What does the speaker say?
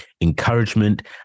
encouragement